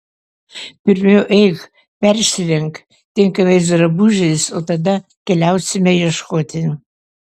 pirmiau eik persirenk tinkamais drabužiais o tada keliausime ieškoti